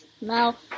Now